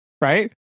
right